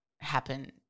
happen